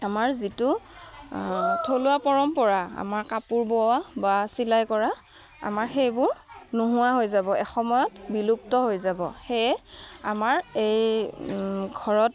আমাৰ যিটো থলুৱা পৰম্পৰা আমাৰ কাপোৰ বোৱা বা চিলাই কৰা আমাৰ সেইবোৰ নোহোৱা হৈ যাব এসময়ত বিলুপ্ত হৈ যাব সেয়ে আমাৰ এই ঘৰত